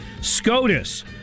SCOTUS